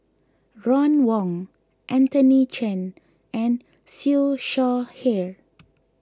Ron Wong Anthony Chen and Siew Shaw Here